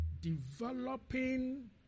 Developing